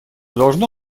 должно